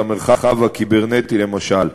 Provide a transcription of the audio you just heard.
למרחב הקיברנטי למשל.